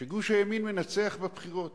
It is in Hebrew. שגוש הימין מנצח בבחירות,